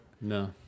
No